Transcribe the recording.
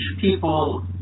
people